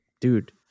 dude